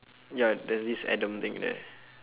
ya there's this adam thing there